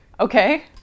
okay